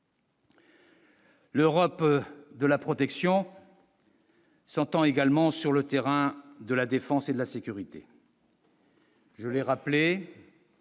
L'Europe de la protection. Sentant également sur le terrain de la défense et la sécurité. Je vais rappeler